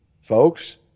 folks